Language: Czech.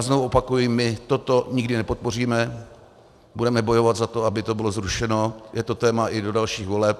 Znovu opakuji, my toto nikdy nepodpoříme, budeme bojovat za to, aby to bylo zrušeno, je to téma i do dalších voleb.